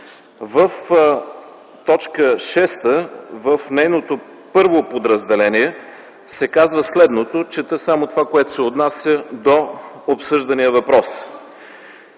В т. 6 в нейното първо подразделение се казва следното (чета само това, което се отнася до обсъждания въпрос):